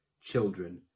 children